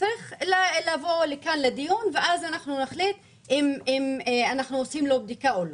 צריך לבוא לכאן לדיון ואז אנחנו נחליט אם עושים לו בדיקה או לא.